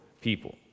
people